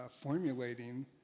formulating